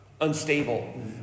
unstable